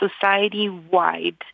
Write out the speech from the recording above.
society-wide